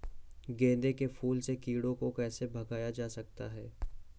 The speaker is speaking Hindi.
गेंदे के फूल से कीड़ों को कैसे भगाया जा सकता है?